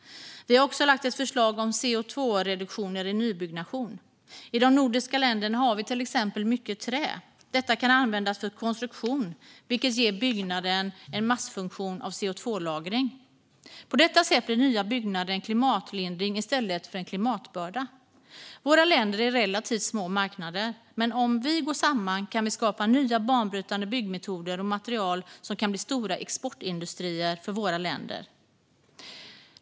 Vi har också lagt fram ett förslag om reduktioner av CO2 i nybyggnation. I de nordiska länderna har vi till exempel mycket trä. Det kan användas för konstruktion, vilket ger byggnaden en massfunktion av CO2-lagring. På detta sätt blir nya byggnader en klimatlindring i stället för en klimatbörda. Våra länder är relativt små marknader, men om vi går samman kan vi skapa nya banbrytande byggmetoder och material som kan bli stora exportindustrier för våra länder.